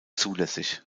zulässig